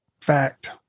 fact